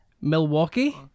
Milwaukee